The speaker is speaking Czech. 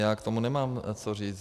Já k tomu nemám co říct.